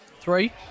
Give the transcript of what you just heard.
Three